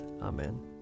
Amen